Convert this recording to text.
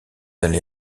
allé